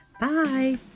Bye